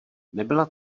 nebyla